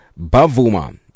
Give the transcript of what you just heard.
bavuma